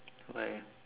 why